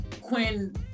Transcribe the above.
Quinn